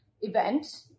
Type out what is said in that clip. event